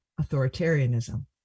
authoritarianism